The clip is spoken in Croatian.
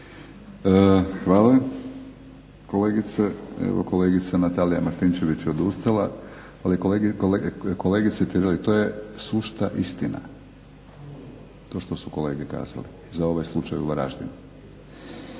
Hvala. Evo kolegica Natalija Martinčević odustala. Ali kolegice Tireli to je sušta istina to što su kolege kazali za ovaj slučaj u Varaždinu.